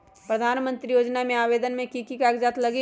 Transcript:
प्रधानमंत्री योजना में आवेदन मे की की कागज़ात लगी?